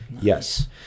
Yes